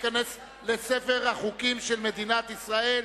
וייכנס לספר החוקים של מדינת ישראל.